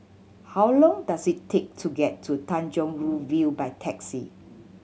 how long does it take to get to Tanjong Rhu View by taxi